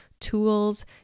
tools